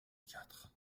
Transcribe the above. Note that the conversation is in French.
quatre